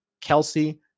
Kelsey